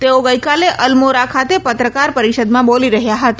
તેઓ ગઇકાલે અલમોરા ખાતે પત્રકાર પરીષદમાં બોલી રહ્યાં હતા